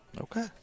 Okay